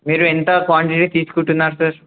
మీరు ఎంత క్వాంటిటీ తీసుకుంటున్నారు సార్